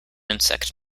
insect